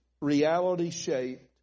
reality-shaped